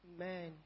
Amen